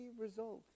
result